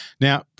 Now